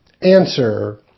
Answer